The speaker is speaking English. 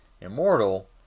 immortal